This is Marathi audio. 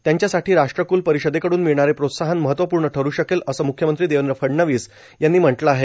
त्यांच्यासाठी राष्ट्रकल परिषदेकड़न मिळणारे प्रोत्साहन महत्त्वपूर्ण ठरू शकेल असे मुख्यमंत्री देवेंद्र फडणवीस यांनी म्हंटलं आहे